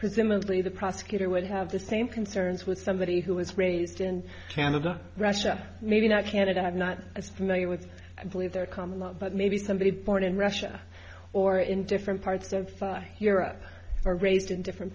presumably the prosecutor would have the same concerns with somebody who was raised in canada russia maybe not canada i'm not as familiar with i believe their common law but maybe somebody born in russia or in different parts of europe are raised in different